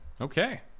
okay